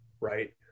right